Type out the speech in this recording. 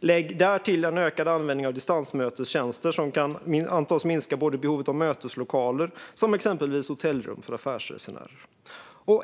Lägg därtill en ökad användning av distansmötestjänster som kan antas minska behovet av både möteslokaler och exempelvis hotellrum för affärsresenärer.